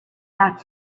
back